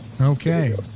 Okay